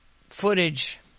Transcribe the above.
footage